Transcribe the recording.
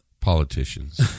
Politicians